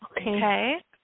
Okay